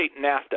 NAFTA